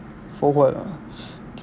for what ah